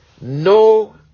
no